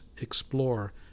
explore